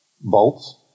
bolts